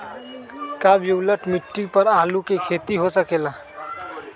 का बलूअट मिट्टी पर आलू के खेती हो सकेला?